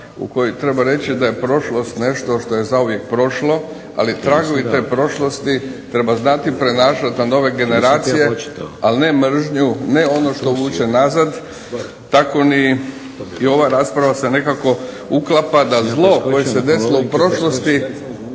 u kojoj treba reći da je prošlost nešto što je zauvijek prošlo, ali tragovi te prošlosti treba znati prenašati na nove generacije, ali ne mržnju, ne ono što vuče nazad. Tako ni ova rasprava se nekako uklapa da zlo koje se desilo u prošlosti